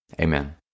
Amen